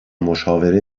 مشاوره